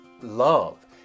love